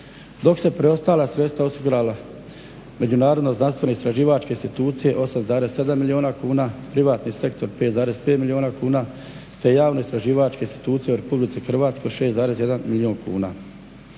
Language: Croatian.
dok se preostala sredstva osigurala međunarodna znanstveno istraživačke institucije 8,7 milijuna kuna, privatni sektor 5,5 milijuna kuna te javne istraživačke institucije u RH 6,1 milijun kuna.